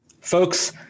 Folks